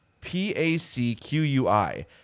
P-A-C-Q-U-I